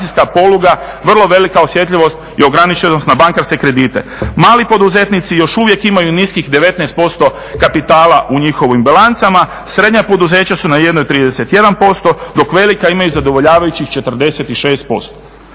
poluga, vrlo velika osjetljivost i ograničenost na bankarske kredite. Mali poduzetnici još uvijek imaju niskih 19% kapitala u njihovim bilancama. Srednja poduzeća su na jednoj 31%, dok velika imaju zadovoljavajućih 46%.